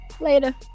Later